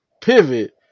pivot